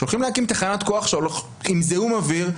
שהולכים להקים תחנת כוח עם זיהום אוויר,